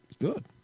good